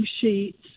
sheets